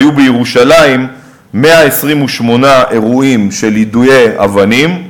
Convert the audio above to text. היו בירושלים 128 אירועים של יידויי אבנים,